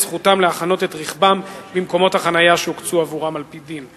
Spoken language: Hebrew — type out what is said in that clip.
את זכותם להחנות את רכבם במקומות החנייה שהוקצו עבורם על-פי דין.